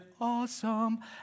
Awesome